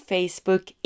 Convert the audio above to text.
Facebook